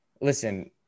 listen